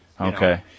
Okay